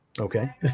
Okay